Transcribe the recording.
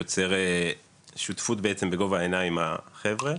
זה יוצר שותפות בעצם בגובה העיניים עם החבר'ה.